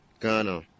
Ghana